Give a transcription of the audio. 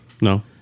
No